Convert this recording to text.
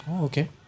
Okay